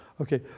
Okay